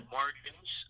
margins